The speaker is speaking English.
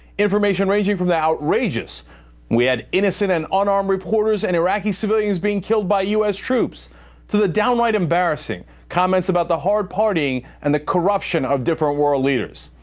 information ranging from the outrageous we had innocent and unarmed reporters and iraqi civilians being killed by u s. troops to the downright embarrassing, comments about the hard partying and the corruption of different world leaders.